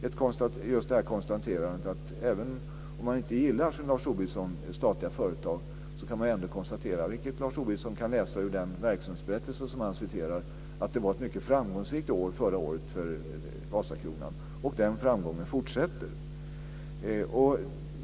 Även om man, liksom Lars Tobisson, inte gillar statliga företag kan man väl ändå konstatera - Lars Tobisson kan läsa om det i den verksamhetsberättelse som han citerar ur - att förra året var ett mycket framgångsrikt år för Vasakronan, och den framgången fortsätter.